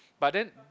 but then